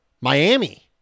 Miami